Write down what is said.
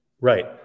Right